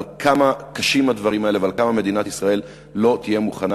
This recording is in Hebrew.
על כמה קשים הדברים האלה ועל כמה מדינת ישראל לא תהיה מוכנה